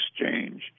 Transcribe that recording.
exchange